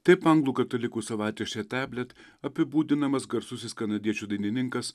taip anglų katalikų savaitraštyje teblit apibūdinamas garsusis kanadiečių dainininkas